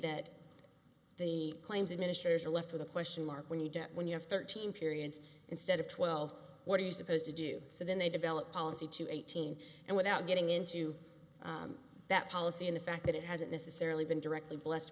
that the claims of ministers are left with a question mark when you get when you have thirteen periods instead of twelve what are you supposed to do so then they develop policy to eighteen and without getting into that policy in the fact that it hasn't necessarily been directly blessed